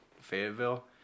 Fayetteville